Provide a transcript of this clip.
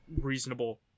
reasonable